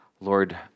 Lord